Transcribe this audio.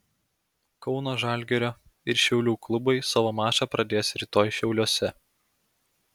kauno žalgirio ir šiaulių klubai savo mačą pradės rytoj šiauliuose